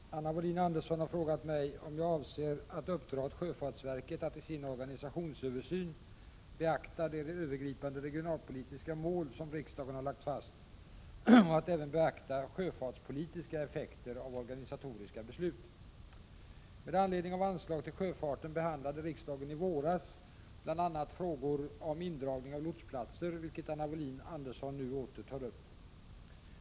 Fru talman! Anna Wohlin-Andersson har frågat mig om jag avser att uppdra åt sjöfartsverket att i sin organisationsöversyn beakta de övergripande regionalpolitiska mål som riksdagen har lagt fast och att även beakta försvarspolitiska effekter av organisatoriska beslut. Med anledning av anslag till sjöfarten behandlade riksdagen i våras bl.a. frågor om indragning av lotsplatser, viket Anna Wohlin-Andersson nu åter tar upp.